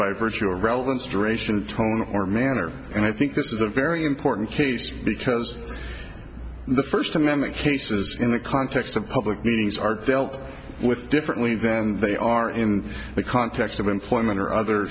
by virtue of relevance duration tone or manner and i think this is a very important case because the first amendment cases in the context of public meetings are dealt with differently than they are in the context of employment or other